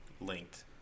linked